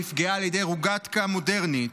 נפגעה על ידי רוגטקה מודרנית,